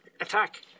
Attack